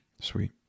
Sweet